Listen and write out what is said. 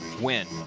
win